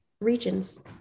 regions